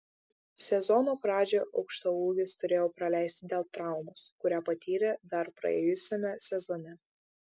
sezono pradžią aukštaūgis turėjo praleisti dėl traumos kurią patyrė dar praėjusiame sezone